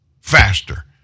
Faster